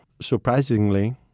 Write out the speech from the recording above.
surprisingly